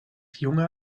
junge